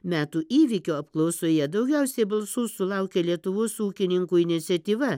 metų įvykio apklausoje daugiausiai balsų sulaukė lietuvos ūkininkų iniciatyva